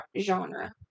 genre